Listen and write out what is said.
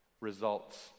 results